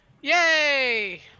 Yay